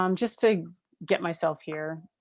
um just to get myself here.